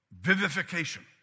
Vivification